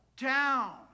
down